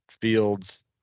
fields